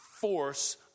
force